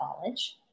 College